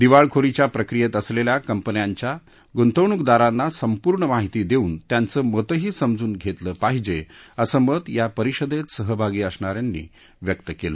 दिवाळखोरीच्या प्रक्रियेत असलेल्या कंपन्यांच्या गुंतवणूकदारांना संपूर्ण माहीती देऊन त्यांच मतही समजून घेतलं पाहिजे असं मत या परिषदेत सहभागी असणा यांनी यावेळी व्यक्त केलं